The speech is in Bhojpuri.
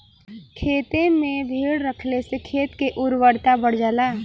खेते में भेड़ रखले से खेत के उर्वरता बढ़ जाला